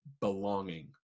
belonging